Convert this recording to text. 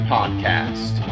Podcast